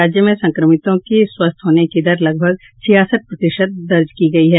राज्य में संक्रमितों की स्वस्थ होने की दर लगभग छियासठ प्रतिशत दर्ज की गई है